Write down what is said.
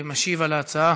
משיב על ההצעה